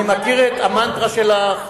אני מכיר את המנטרה שלך,